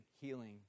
healing